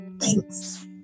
Thanks